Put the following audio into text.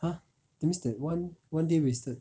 !huh! then means that one one day wasted